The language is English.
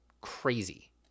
crazy